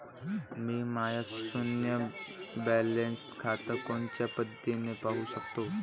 मी my शुन्य balance खातं कोनच्या पद्धतीनं पाहू शकतो?